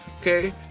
okay